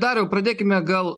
dariau pradėkime gal